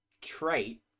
trait